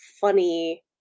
funny